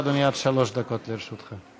בבקשה, אדוני, עד שלוש דקות לרשותך.